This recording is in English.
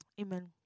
Amen